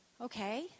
Okay